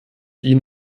ihn